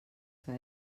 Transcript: que